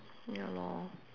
ya lor